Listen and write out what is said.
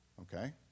Okay